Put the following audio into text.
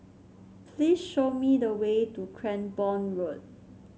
please show me the way to Cranborne Road